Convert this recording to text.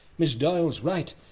ms doyle's right,